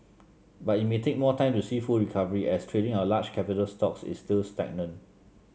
but it may take more time to see full recovery as trading of large capital stocks is still stagnant